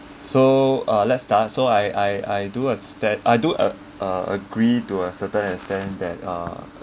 so uh let's start so I I I do instead I do a~ a~ agree to a certain extent that uh